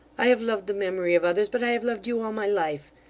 i have loved the memory of others, but i have loved you all my life.